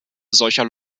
solcher